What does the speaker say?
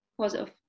Positive